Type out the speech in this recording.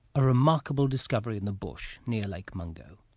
a remarkable discovery in the bush near lake mungo.